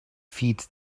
feed